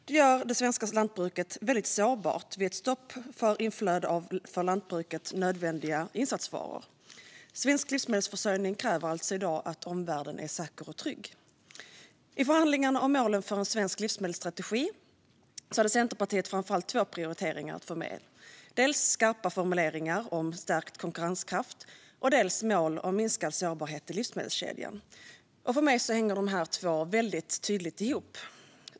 Det gör det svenska lantbruket väldigt sårbart vid ett stopp för inflöde av för lantbruket nödvändiga insatsvaror. Svensk livsmedelsförsörjning kräver alltså i dag att omvärlden är säker och trygg. I förhandlingarna om målen för en svensk livsmedelsstrategi hade Centerpartiet framför allt två prioriteringar att få med: dels skarpa formuleringar om stärkt konkurrenskraft, dels mål om minskad sårbarhet i livsmedelskedjan. För mig hänger dessa två väldigt tydligt ihop.